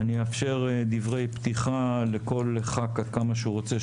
אני אאפשר דברי פתיחה של שלוש דקות לכל ח"כ עד כמה שהוא רוצה.